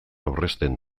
aurrezten